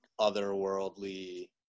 otherworldly